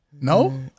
no